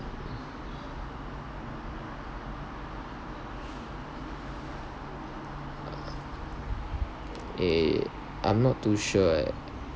eh I'm not too sure eh